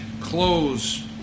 close